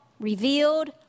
revealed